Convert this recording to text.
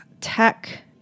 tech